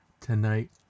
tonight